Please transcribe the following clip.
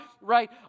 right